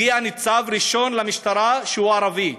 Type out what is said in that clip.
הגיע ניצב ראשון למשטרה שהוא ערבי,